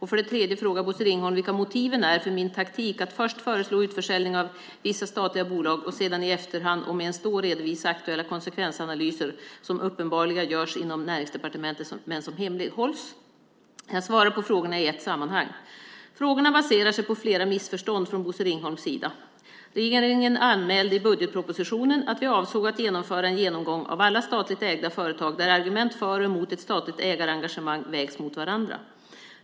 För det tredje frågar Bosse Ringholm vilka motiven är för min taktik att först föreslå utförsäljning av vissa statliga bolag och sedan i efterhand - om ens då - redovisa aktuella konsekvensanalyser som uppenbarligen görs inom Näringsdepartementet men som hemlighålls. Jag svarar på frågorna i ett sammanhang. Frågorna baserar sig på flera missförstånd från Bosse Ringholms sida. Regeringen anmälde i budgetpropositionen att vi avsåg att genomföra en genomgång av alla statligt ägda företag där argument för och emot ett statligt ägarengagemang vägs mot varandra.